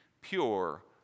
pure